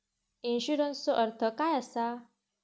इन्शुरन्सचो अर्थ काय असा?